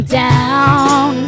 down